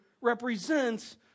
represents